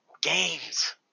games